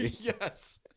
yes